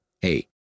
Hey